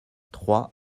trois